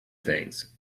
things